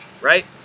right